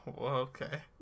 okay